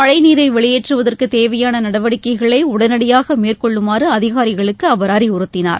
மழை நீர் வெளியேற்றுவதற்கு தேவையான நடவடிக்கைகளை உடனடியாக மேற்கொள்ளுமாறு அதிகாரிகளுக்கு அவர் அறிவுறுத்தினார்